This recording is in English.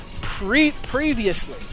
previously